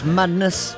madness